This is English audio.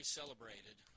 celebrated